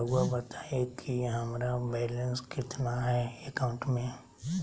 रहुआ बताएं कि हमारा बैलेंस कितना है अकाउंट में?